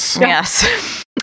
Yes